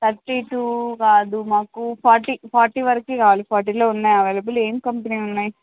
thirty two కాదు మాకు forty forty వరకు కావాలి ఫార్టీలో ఉన్నాయా అవైలబుల్ ఏం కంపెనీవి ఉన్నయి